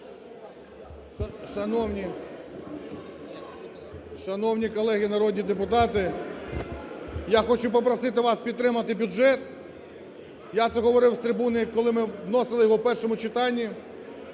Шановні колеги народні депутати, я хочу попросити вас підтримати бюджет. Я це говорив з трибуни, коли ми вносили його в першому читанні.